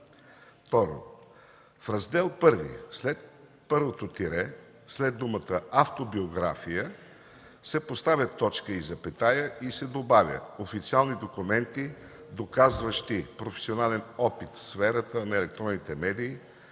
2. В Раздел І след първото тире, след думата „автобиография” се поставя точка и запетая и се добавя „официални документи, доказващи професионален опит в сферата на електронните медии,